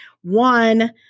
One